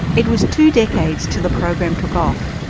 it was two decades till the program took off,